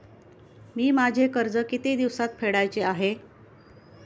मी माझे कर्ज किती दिवसांत फेडायचे आहे?